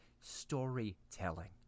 Storytelling